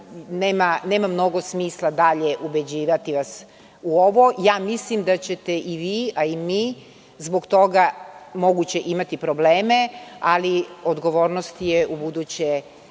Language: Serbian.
nema mnogo smisla dalje ubeđivati vas u ovo. Mislim da ćete i vi, a i mi zbog toga moguće imati probleme, ali odgovornost je ubuduće